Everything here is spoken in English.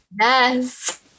Yes